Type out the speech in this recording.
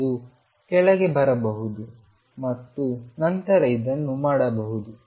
ಇದು ಕೆಳಗೆ ಬರಬಹುದು ಮತ್ತು ನಂತರ ಇದನ್ನು ಮಾಡಬಹುದು